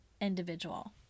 individual